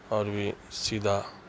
اور بھی سیدھا